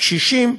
קשישים,